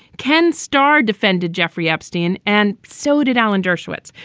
ken starr defended jeffrey epstein and so did alan dershowitz.